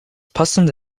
passende